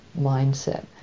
mindset